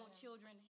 children